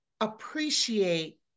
appreciate